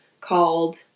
called